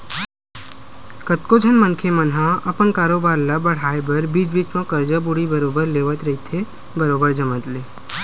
कतको झन मनखे मन ह अपन कारोबार ल बड़हाय बर बीच बीच म करजा बोड़ी बरोबर लेवत रहिथे बरोबर जमत ले